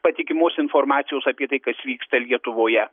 patikimos informacijos apie tai kas vyksta lietuvoje